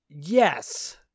Yes